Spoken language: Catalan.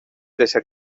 deixar